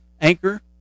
Anchor